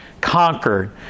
conquered